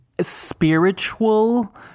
spiritual